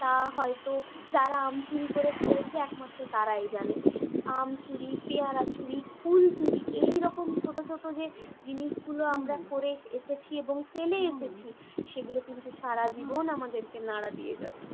তা হয়তো যারা আম চুরি করে খেয়েছে একমাত্র তারাই জানে আম চুরি পেয়ারা চুরি ফুল চুরি এই রকম ছোট ছোট যে জিনিসগুলো আমরা করে এসেছি এবং ফেলে এসেছি সেগুলো কিন্তু সারা জীবন আমাদেরকে নাড়া দিয়ে যাবে